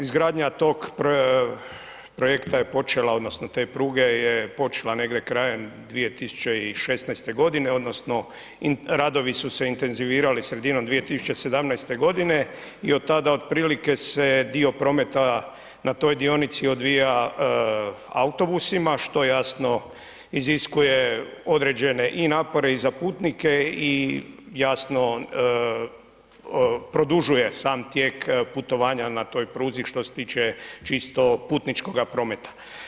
Izgradnja tog projekta je počela odnosno te pruge je počela negdje krajem 2016. godine odnosno radovi su se intenzivirali sredinom 2017. godine i od tada otprilike se dio prometa na toj dionici odvija autobusima što jasno iziskuje određene i napore i za putnike i jasno produžuje sam tijek putovanja na toj pruzi što se tiče čisto putničkoga prometa.